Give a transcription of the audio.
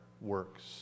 works